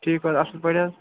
ٹھیٖک پٲٹھۍ اَصٕل پٲٹھۍ حظ